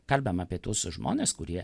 kalbame apie tuos žmones kurie